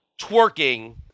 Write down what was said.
twerking